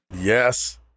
Yes